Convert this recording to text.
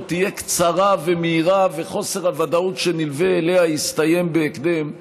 תהיה קצרה ומהירה וחוסר הוודאות שנלווה אליה יסתיים בהקדם,